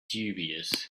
dubious